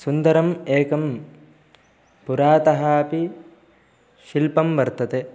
सुन्दरम् एकं पुरातः अपि शिल्पं वर्तते